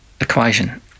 equation